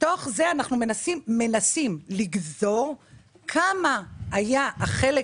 מתוך זה אנחנו מנסים לגזור כמה היה החלק